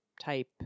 type